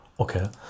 Okay